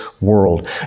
world